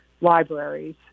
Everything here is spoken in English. libraries